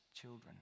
children